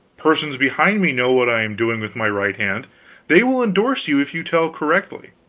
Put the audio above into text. persons behind me know what i am doing with my right hand they will indorse you if you tell correctly.